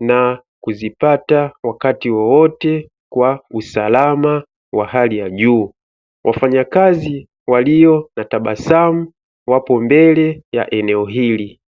na kuzipata wakati wowote kwa usalama wa hali ya juu, wafanyakazi walio na tabasamu wapo mbele ya eneo hili.